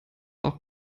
auch